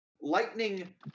lightning